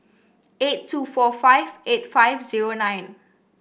eight two four five eight five zero nine